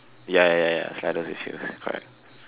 ya ya ya ya slightest issues correct